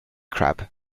crab